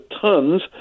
tons